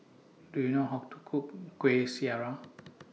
Do YOU know How to Cook Kuih Syara